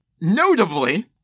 Notably